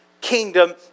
kingdom